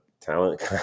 talent